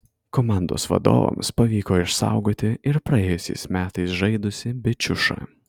komandos vadovams pavyko išsaugoti ir praėjusiais metais žaidusį bičiušą